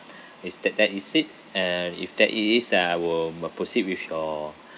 is that that is it and if that it is then I will m~ proceed with your